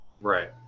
Right